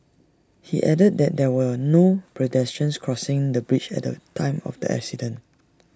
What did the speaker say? he added that there were no pedestrians crossing the bridge at the time of the accident